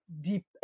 deep